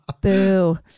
Boo